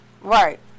Right